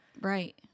Right